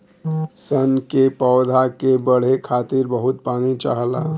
सन के पौधा के बढ़े खातिर बहुत पानी चाहला